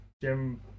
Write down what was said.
jim